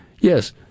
yes